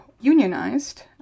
unionized